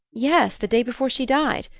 yes the day before she died.